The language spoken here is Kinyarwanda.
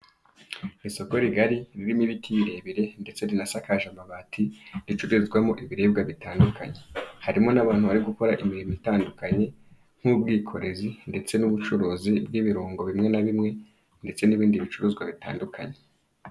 Isoko rigari ririmo ibiti birebire ndetse rinasakaje amabati, ricururizwamo ibiribwa bitandukanye, harimo n'abantu bari gukora imirimo itandukanye nk'ubwikorezi ndetse n'ubucuruzi bw'ibirungo bimwe na bimwe ndetse n'ibindi bicuruzwa bitandukanye.